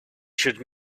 should